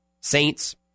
Saints